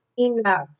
enough